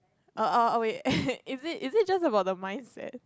err wait is it is it just about the mindset